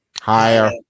Higher